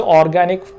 organic